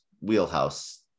wheelhouse